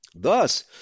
Thus